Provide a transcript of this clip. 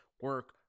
Work